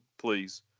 please